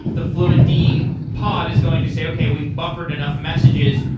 the fluentd pod is going to say, okay. we've buffered enough messages.